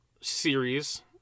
series